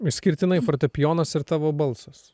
išskirtinai fortepijonas ir tavo balsas